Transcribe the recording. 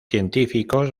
científicos